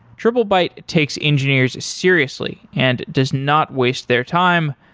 triplebyte takes engineers seriously and does not waste their time,